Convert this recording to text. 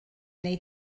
wnei